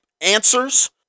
answers